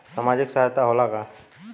सामाजिक सहायता होला का?